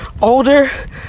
older